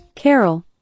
Carol